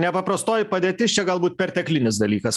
nepaprastoji padėtis čia galbūt perteklinis dalykas